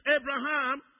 Abraham